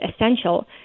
essential